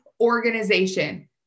organization